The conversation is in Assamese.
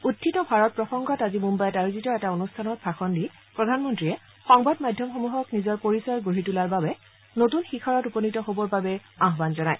উখিত ভাৰত প্ৰসংগত আজি মুম্বাইত আয়োজিত এটা অনুষ্ঠানত ভাষণ প্ৰদান কৰি প্ৰধানমন্ত্ৰীয়ে সংবাদ মাধ্যমসমূহক নিজৰ পৰিচয় গঢ়ি তোলাৰ বাবে নতুন শিখৰত উপনীত হ'বৰ বাবে আহান জনায়